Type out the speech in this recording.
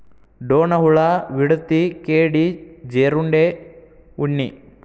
ಡೋಣ ಹುಳಾ, ವಿಡತಿ, ಕೇಡಿ, ಜೇರುಂಡೆ, ಉಣ್ಣಿ